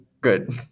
Good